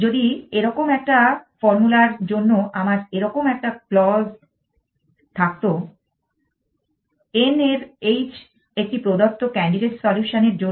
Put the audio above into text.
যদি এরকম একটা ফর্মুলা র জন্য আমার এরকম একটা ক্লজ থাকত n এর h একটি প্রদত্ত ক্যান্ডিডেট সলিউশন এর জন্য